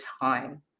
time